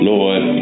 Lord